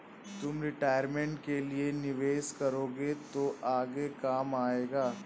तुम रिटायरमेंट के लिए निवेश करोगे तो आगे काम आएगा